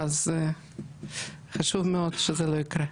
אז חשוב מאוד שזה לא יקרה.